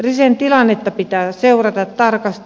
risen tilannetta pitää seurata tarkasti